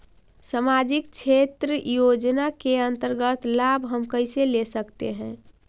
समाजिक क्षेत्र योजना के अंतर्गत लाभ हम कैसे ले सकतें हैं?